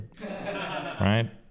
Right